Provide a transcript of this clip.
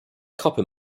copper